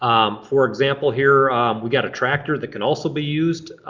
um for example here we've got a tractor that can also be used